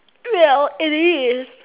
well it is